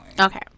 Okay